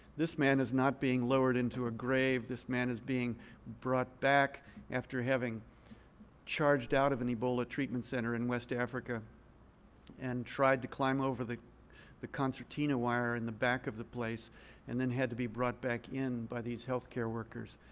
this man is not being lowered into a grave. this man is being brought back after having charged out of an ebola treatment center in west africa and tried to climb over the the concertina wire in the back of the place and then had to be brought back in by these healthcare workers.